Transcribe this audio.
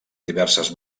diverses